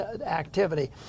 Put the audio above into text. activity